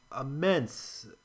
immense